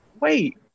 wait